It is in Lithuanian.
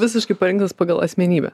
visiškai parengtas pagal asmenybę